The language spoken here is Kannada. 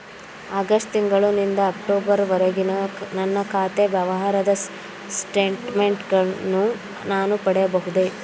ಆಗಸ್ಟ್ ತಿಂಗಳು ನಿಂದ ಅಕ್ಟೋಬರ್ ವರೆಗಿನ ನನ್ನ ಖಾತೆ ವ್ಯವಹಾರದ ಸ್ಟೇಟ್ಮೆಂಟನ್ನು ನಾನು ಪಡೆಯಬಹುದೇ?